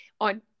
on